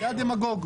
זה הדמגוג.